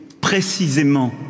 précisément